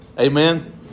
Amen